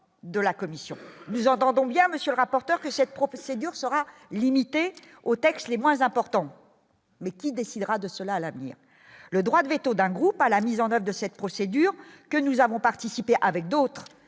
de la commission, nous entendons bien monsieur rapporteur que cette dure sera limité aux textes les moins importants, mais qui décidera de cela, l'avenir le droit de véto d'un groupe à la mise en date de cette procédure que nous avons participé, avec d'autres